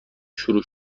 شروع